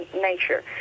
nature